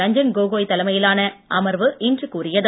ரஞ்சன் கோகோய் தலைமையிலான அமர்வு இன்று கூறியது